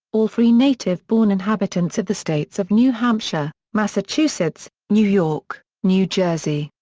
all free native-born inhabitants of the states of new hampshire, massachusetts, new york, new jersey,